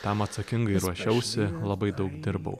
tam atsakingai ruošiausi labai daug dirbau